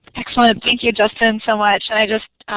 excellent, thank you, justin, so much. and i just